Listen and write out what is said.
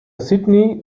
sydney